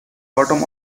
bottom